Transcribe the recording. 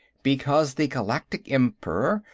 because the galactic emperor,